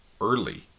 early